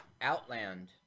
Outland